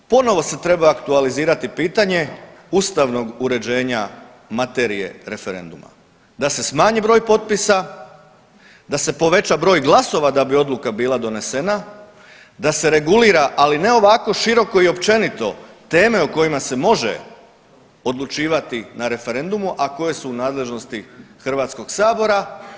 Zbog toga ponovo se treba aktualizirati pitanje ustavnog uređenja materije referenduma, da se smanji broj potpisa, da se poveća broj glasova da bi odluka bila donesena, da se regulira ali ne ovako široko i općenito teme o kojima se može odlučivati na referendumu, a koje su u nadležnosti Hrvatskog sabora.